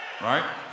Right